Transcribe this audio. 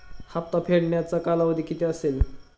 हप्ता फेडण्याचा कालावधी किती असेल?